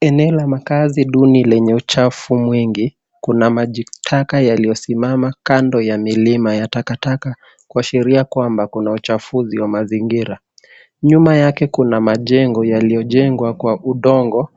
Eneo la makazi duni lenye uchafu mwingi ,kuna maji taka yaliyosimama kando ya milima ya takataka ,kuashiria kwamba kuna uchafuzi wa mazingira. Nyuma yake Kuna majengo yaliyojengwa kwa udongo,